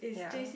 ya